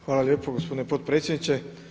Hvala lijepo gospodine potpredsjedniče.